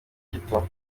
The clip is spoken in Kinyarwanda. gito